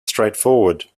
straightforward